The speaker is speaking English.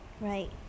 Right